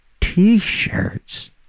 T-shirts